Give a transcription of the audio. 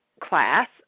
class